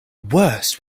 worst